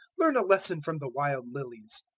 learn a lesson from the wild lilies.